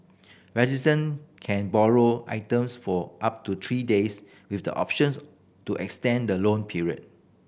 resident can borrow items for up to three days with the option to extend the loan period